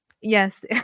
Yes